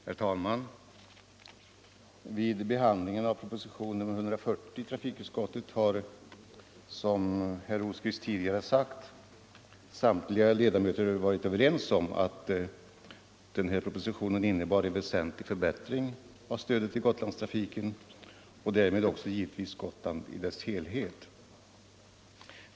Herr talman! Vid behandlingen av proposition nr 140 i trafikutskottet har, som herr Rosqvist tidigare sagt, samtliga ledamöter varit överens om att denna proposition innebar en väsentlig förbättring av stödet till Gotlandstrafiken och därmed också givetvis till Gotland i dess helhet.